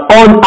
on